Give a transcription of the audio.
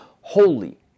holy